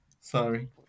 Sorry